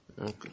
Okay